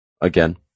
again